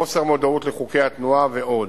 חוסר מודעות לחוקי התנועה ועוד.